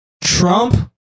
Trump